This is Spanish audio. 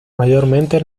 mayormente